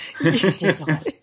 Ridiculous